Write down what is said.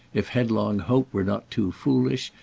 if headlong hope were not too foolish,